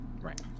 Right